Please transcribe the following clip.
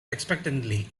expectantly